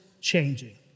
changing